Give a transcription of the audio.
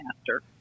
Master